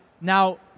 now